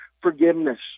forgiveness